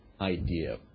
idea